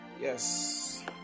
Yes